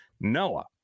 Noah